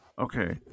okay